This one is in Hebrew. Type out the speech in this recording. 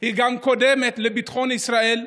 היא גם קודמת לביטחון ישראל,